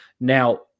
Now